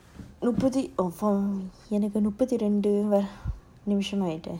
you put it affirm எனக்குமுப்பத்திரண்டுநிமிஷம்ஆகிட்டே:enaku mupathirendu nimisam aagite